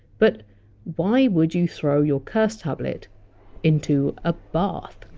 but why would you throw your curse tablet into a bath?